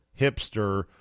hipster